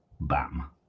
bam